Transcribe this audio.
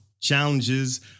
challenges